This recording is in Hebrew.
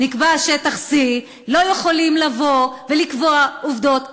נקבע שטח C, לא יכולים לבוא ולקבוע עובדות בשטח.